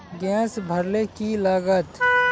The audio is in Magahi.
गैस भरले की लागत?